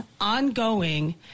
ongoing